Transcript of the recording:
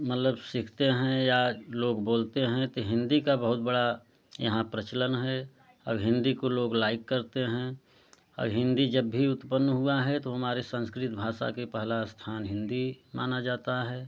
मतलब सीखते हैं या लोग बोलते हैं तो हिंदी का बहुत बड़ा यहाँ प्रचलन है और हिंदी को लोग लाइक करते हैं औ हिंदी जब भी उत्पन्न हुआ है तो हमारी संस्कृत भाषा के पहला स्थान हिंदी माना जाता है